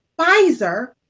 Pfizer